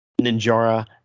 Ninjara